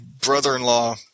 brother-in-law